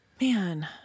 Man